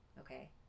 okay